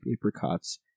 apricots